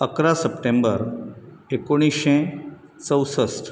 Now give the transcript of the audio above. अकरा सप्टेंबर एकुणीशें चवसठ